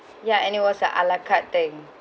ya and it was a ala carte thing